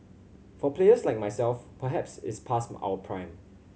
for players like myself perhaps it's past our prime